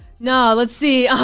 now, let's see.